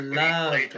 love